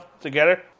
together